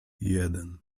jeden